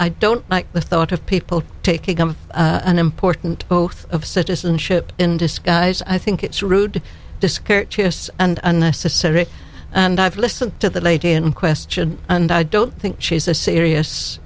i don't like the thought of people taking an important oath of citizenship in disguise i think it's rude discourteous and unnecessary and i've listened to the lady in question and i don't think she's a serious